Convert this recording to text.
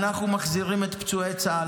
אנחנו מחזירים את פצועי צה"ל,